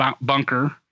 bunker